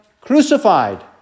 crucified